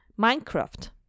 Minecraft